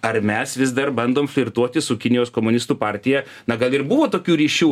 ar mes vis dar bandom flirtuoti su kinijos komunistų partija na gal ir buvo tokių ryšių